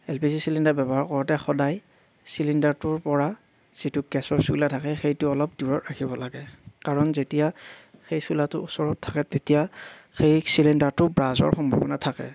L P G cylinder ব্যৱহাৰ কৰোঁতে সদায় চিলিণ্ডাৰটোৰপৰা যিটো গেছৰ জুই উলাই থাকে সেইটো অলপ দূৰত ৰাখিব লাগে কাৰণ যেতিয়া সেই চোলাটো ওচৰত থাকে তেতিয়া সেই চিলিণ্ডাৰটো ব্ৰাছ হোৱাৰ সম্ভাৱনা থাকে